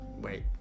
Wait